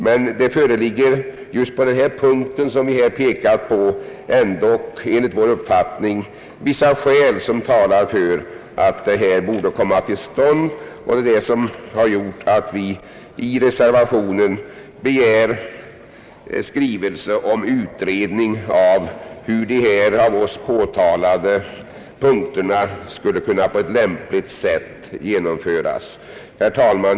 Men det föreligger just på den punkt som vi här pekar på enligt vår uppfattning ändå vissa skäl som talar för att denna ändring borde komma till stånd. Vi yrkar därför i reservationen att riksdagen i skrivelse till Kungl. Maj:t skall begära en utredning om hur den av oss önskade ändringen skulle kunna genomföras på ett lämpligt sätt. Herr talman!